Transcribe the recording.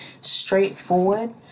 straightforward